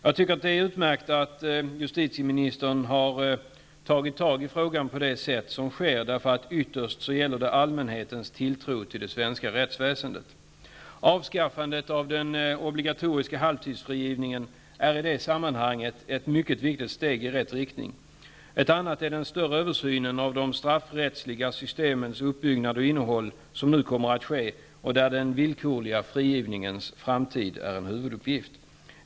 Jag tycker att det är utmärkt att justitieministern har tagit tag i frågan på det sätt som sker. Ytterst gäller det allmänhetens tilltro till det svenska rättsväsendet. Avskaffandet av den obligatoriska halvtidsfrigivningen är i det sammanhanget ett mycket viktigt steg i rätt riktning. Ett annat är den större översynen av de straffrättsliga systemens uppbyggnad och innehåll som nu kommer att ske. I denna översyn är den villkorliga frigivningens framtid en huvuduppgift.